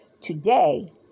today